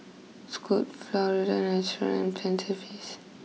Scoot Florida Natural and Feast